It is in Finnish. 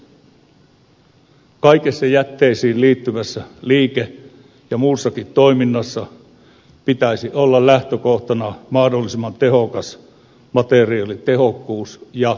kaikessa jätteisiin liittyvässä liike ja muussakin toiminnassa pitäisi olla lähtökohtana mahdollisimman tehokas materiaalitehokkuus ja kierrätys